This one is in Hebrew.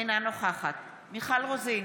אינה נוכחת מיכל רוזין,